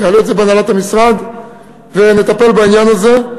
נעלה את זה בהנהלת המשרד ונטפל בעניין הזה.